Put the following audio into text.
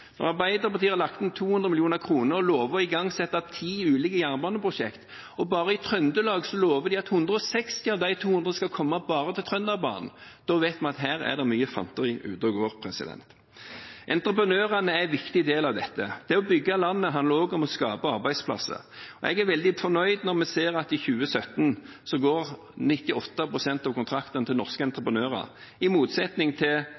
når alle prosjekter framstår som like viktige, og ingen vet hvem som egentlig skal få penger. Arbeiderpartiet har lagt inn 200 mill. kr og lover å igangsette ti ulike jernbaneprosjekter. Bare i Trøndelag lover de at 160 mill. av de 200 mill. kr skal komme på Trønderbanen. Da vet vi at her er det mye fanteri ute og går. Entreprenørene er en viktig del av dette. Det å bygge landet handler også om å skape arbeidsplasser. Jeg er veldig fornøyd når jeg ser at i 2017 går 98 pst. av kontraktene